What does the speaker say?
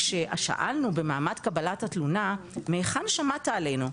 כששאלנו במעמד קבלת התלונה 'מהיכן שמעת עלינו'.